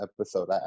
episode